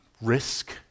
risk